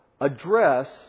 address